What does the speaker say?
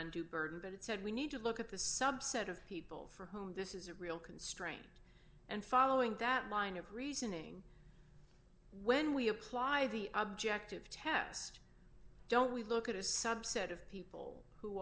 undue burden but it said we need to look at the subset of people for whom this is a real constraint and following that line of reasoning when we apply the objective test don't we look at a subset of people who